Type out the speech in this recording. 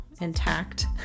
intact